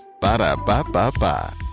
Ba-da-ba-ba-ba